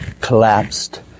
collapsed